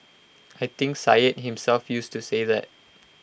I think Syed himself used to say that